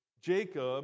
Jacob